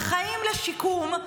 החיים, לשיקום,